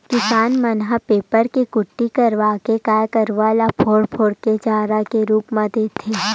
किसान मन ह पेरा के कुटी करवाके गाय गरु ल बोर बोर के चारा के रुप म देथे